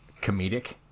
comedic